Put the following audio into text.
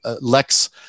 lex